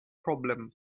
problem